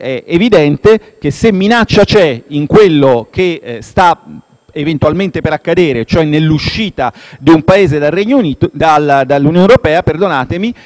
eventualmente per accadere, cioè l'uscita di un Paese dall'Unione europea, la minaccia non è tanto nella scelta di chi l'ha compiuta,